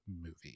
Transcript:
movie